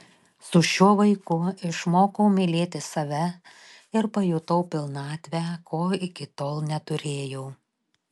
su šiuo vaiku išmokau mylėti save ir pajutau pilnatvę ko iki tol neturėjau